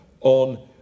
on